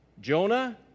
Jonah